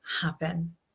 happen